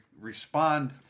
respond